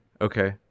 Okay